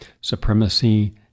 Supremacy